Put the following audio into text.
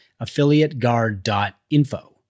affiliateguard.info